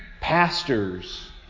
Pastors